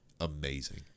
amazing